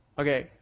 Okay